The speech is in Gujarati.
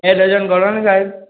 બે ડઝન ગણો ને સાહેબ